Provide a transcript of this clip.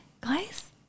guys